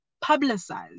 publicized